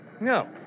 No